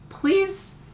Please